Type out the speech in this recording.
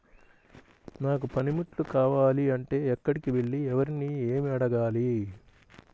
నాకు పనిముట్లు కావాలి అంటే ఎక్కడికి వెళ్లి ఎవరిని ఏమి అడగాలి?